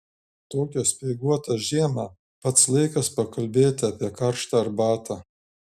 tokią speiguotą žiemą pats laikas pakalbėti apie karštą arbatą